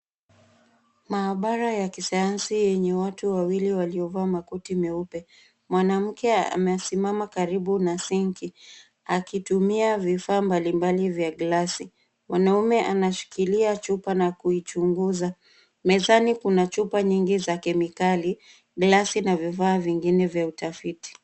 Maabara ya kisayansi yenye watu wawili waliovaa makoti meupe. Mwanamke amesiamam karibu na sinki akitumia vifaa mbalimbali vya glasi. Mwanaume anashikilia chupa na kuchunguza. Mezani kuna chupa nyingi za kemikali, glasi na vifaa vingine vya utafiti.